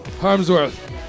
Harmsworth